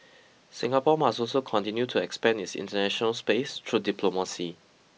Singapore must also continue to expand its international space through diplomacy